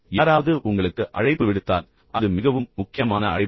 இப்போது யாராவது உங்களுக்கு அழைப்பு விடுத்தால் அது மிகவும் முக்கியமான அழைப்பு